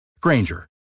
Granger